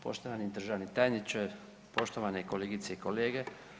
Poštovani državni tajniče, poštovane kolegice i kolege.